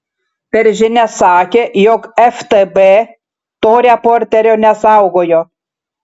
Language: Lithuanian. per žinias sakė jog ftb to reporterio nesaugojo